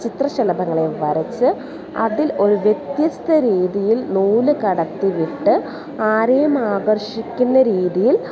ചിത്രശലഭങ്ങളെ വരച്ച് അതിൽ ഒരു വ്യത്യസ്ത രീതിയിൽ നൂല് കടത്തി വിട്ട് ആരെയും ആകർഷിക്കുന്ന രീതിയിൽ